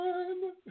one